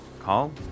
call